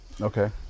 okay